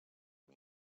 amb